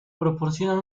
proporcionan